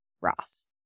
Ross